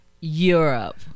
Europe